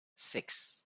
six